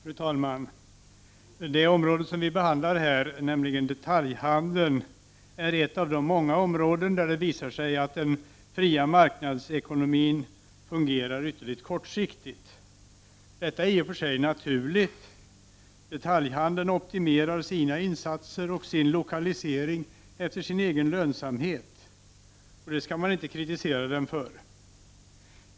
Fru talman! Det område som vi här behandlar, detaljhandeln, är ett av de många områden där det visar sig att den fria marknadsekonomin fungerar ytterligt kortsiktigt. Detta är i och för sig naturligt. Detaljhandeln optimerar sina insatser och sin lokalisering efter sin egen lönsamhet, och det skall man inte kritisera den för.